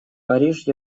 париж